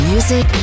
Music